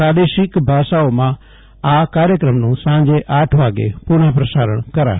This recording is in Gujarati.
પ્રાદેશિક ભાષાઓમાં આ કાર્યક્રમનું સાંજે આઠ વાગ્યે પુનઃ પ્રસારણ કરાશે